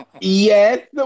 yes